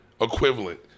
equivalent